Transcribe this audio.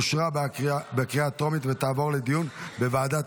אושרה בקריאה הטרומית ותעבור לדיון בוועדת